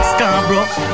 Scarborough